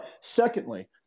secondly